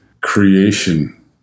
creation